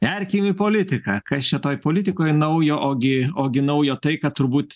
nerkim į politiką kas čia toj politikoj naujo ogi ogi naujo tai kad turbūt